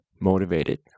motivated